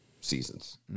seasons